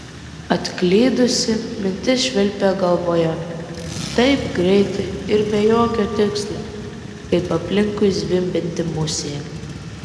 atklydusi mintis švilpė galvoje taip greitai ir be jokio tikslo kaip aplinkui zvimbianti musė